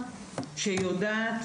אבל אתה יודע מה הם אמרו?